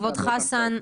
כבוד חסן,